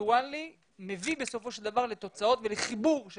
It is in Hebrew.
שהווירטואלי מביא בסופו של דבר לתוצאות ולחיבור של